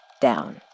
down